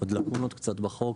עוד קצת לקונות בחוק,